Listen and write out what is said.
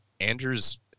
andrews